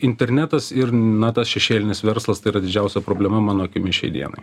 internetas ir na tas šešėlinis verslas tai yra didžiausia problema mano akimis šiai dienai